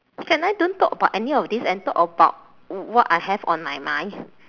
can I don't talk about any of these and talk about what I have on my mind